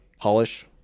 polish